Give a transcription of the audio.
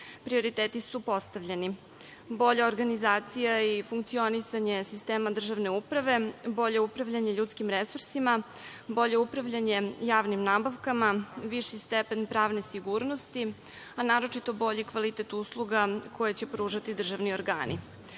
Prioriteti su postavljeni, bolja organizacija i funkcionisanje sistema državne uprave, bolje upravljanje ljudskim resursima, bolje upravljanje javnim nabavkama, viši stepen pravne sigurnosti, a naročito bolji kvalitet usluga koje će pružati državni organi.Za